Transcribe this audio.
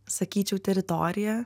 sakyčiau teritorija